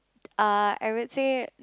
uh I would say